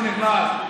הינה, הוא נכנס.